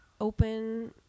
open